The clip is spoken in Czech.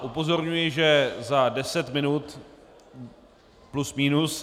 Upozorňuji, že za deset minut plus minus ...